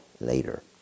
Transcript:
later